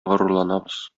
горурланабыз